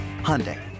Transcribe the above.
Hyundai